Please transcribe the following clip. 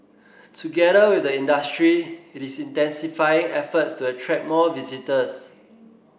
together with the industry it is intensifying efforts to attract more visitors